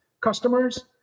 customers